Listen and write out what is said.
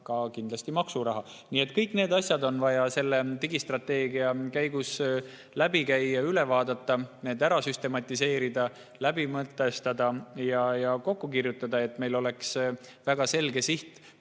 ja kindlasti maksuraha. Kõik need asjad on vaja selle digistrateegia käigus läbi käia, üle vaadata, ära süstematiseerida, läbi mõtestada ja kokku kirjutada, et meil oleks väga selge siht,